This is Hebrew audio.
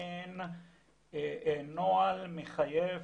מעין נוהל מחייב,